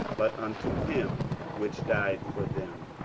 but unto him which died for them,